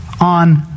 on